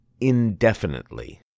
indefinitely